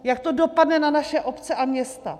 Jak to dopadne na naše obce a města?